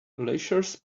glaciers